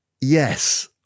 Yes